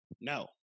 No